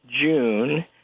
June